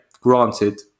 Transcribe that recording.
granted